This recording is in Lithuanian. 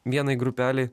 vienai grupelei